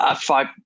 five